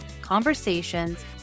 conversations